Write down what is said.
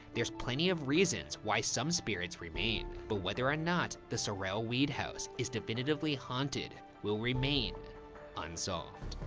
there's plenty of reasons why some spirits remain. but whether or not the sorrel-weed house is definitively haunted will remain unsolved.